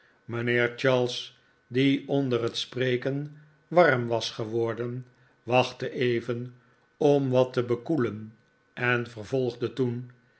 mijnheer charles die onder het spreken warm was geworden wachtte even om wat te bekoelen en vervolgde toen